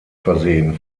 versehen